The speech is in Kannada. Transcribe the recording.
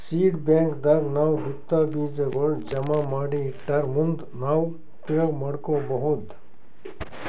ಸೀಡ್ ಬ್ಯಾಂಕ್ ದಾಗ್ ನಾವ್ ಬಿತ್ತಾ ಬೀಜಾಗೋಳ್ ಜಮಾ ಮಾಡಿ ಇಟ್ಟರ್ ಮುಂದ್ ನಾವ್ ಉಪಯೋಗ್ ಮಾಡ್ಕೊಬಹುದ್